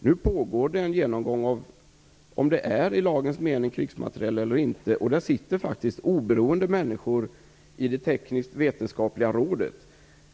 Det pågår nu en genomgång av om det är krigsmateriel i lagens mening eller inte. Det sitter oberoende människor i det tekniskt-vetenskapliga rådet.